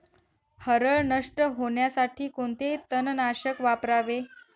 हरळ नष्ट होण्यासाठी कोणते तणनाशक वापरावे?